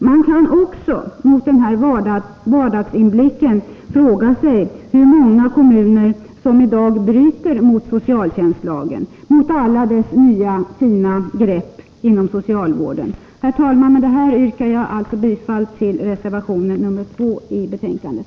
Man kan också, mot denna vardagsinblick, fråga sig hur många kommuner som i dag bryter mot socialtjänstlagen, mot alla dess nya fina grepp inom socialvården. Herr talman! Med detta yrkar jag alltså bifall till reservation nr 2 i betänkandet.